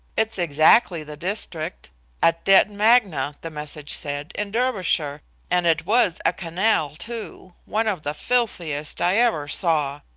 it's exactly the district at detton magna, the message said, in derbyshire and it was a canal, too, one of the filthiest i ever saw.